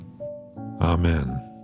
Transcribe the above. Amen